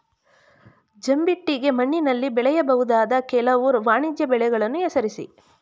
ಜಂಬಿಟ್ಟಿಗೆ ಮಣ್ಣಿನಲ್ಲಿ ಬೆಳೆಯಬಹುದಾದ ಕೆಲವು ವಾಣಿಜ್ಯ ಬೆಳೆಗಳನ್ನು ಹೆಸರಿಸಿ?